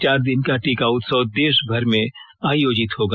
चार दिन का टीका उत्सव देशभर में आयोजित होगा